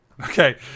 Okay